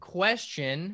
question